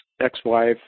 ex-wife